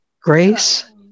grace